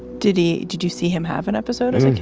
did he did you see him have an episode as a kid?